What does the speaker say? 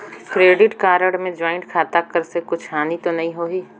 Credit card मे joint खाता कर से कुछ हानि तो नइ होही?